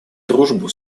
дружбу